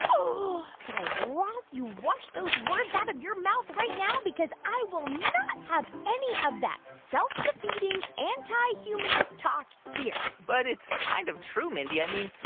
guy raz, you wash those words out of your mouth right now because i will not have any of that self-defeating, anti-humanist talk here but it's kind of true, mindy. i mean,